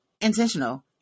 intentional